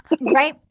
right